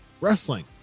wrestling